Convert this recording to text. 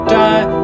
die